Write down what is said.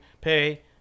pay